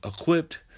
equipped